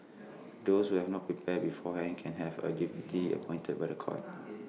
those who have not prepared beforehand can have A deputy appointed by The Court